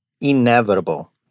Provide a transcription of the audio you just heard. inevitable